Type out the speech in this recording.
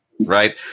right